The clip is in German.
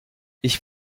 ich